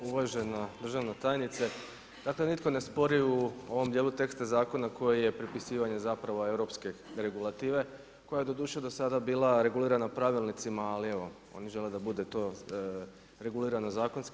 Uvažana državna tajnice, dakle nitko ne spori u ovom djelu teksta zakona koji je prepisivanje zapravo Europske regulative, koja je doduše do sada bila regulirana pravilnicima, ali evo, oni žele da bude to regulirani zakonski.